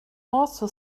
also